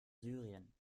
syrien